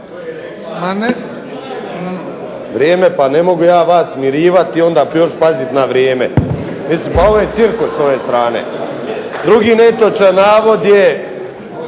... vrijeme, pa ne mogu ja vas smirivati onda još paziti na vrijeme. Ovo je cirkus s ove strane. Drugi netočan navod je